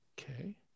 Okay